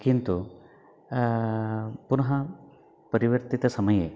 किन्तु पुनः परिवर्तितसमये